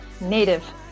native